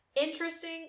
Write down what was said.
interesting